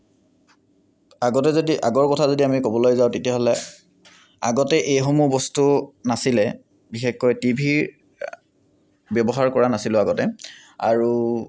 আগতে যদি আগৰ কথা যদি আমি ক'বলৈ যাওঁ তেতিয়াহ'লে আগতে এই সমূহ বস্তু নাছিলে বিশেষকৈ টিভিৰ ব্যৱহাৰ কৰা নাছিলোঁ আগতে আৰু